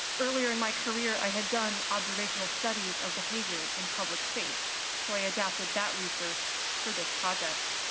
earlier in my career i had done observational studies of behavior in public space, so i adapted that research for this project.